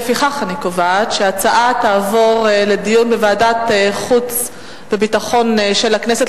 לפיכך אני קובעת שההצעות תעבורנה לדיון בוועדת החוץ והביטחון של הכנסת,